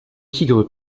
tigre